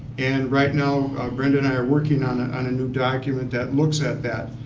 and right now brenda and i are working on a and new document that looks at that,